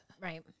Right